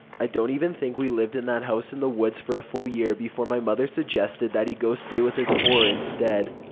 i don't even think we lived in that house in the woods for a full year before my mother suggested he go stay with his whore instead.